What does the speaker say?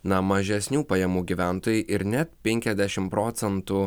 na mažesnių pajamų gyventojai ir net penkiasdešim procentų